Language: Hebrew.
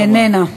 איננה.